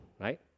right